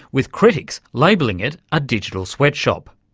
with critics labelling it a digital sweat shop.